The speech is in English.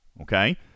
okay